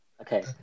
Okay